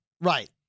Right